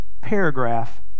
paragraph